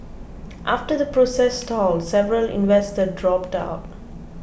after the process stalled several investors dropped out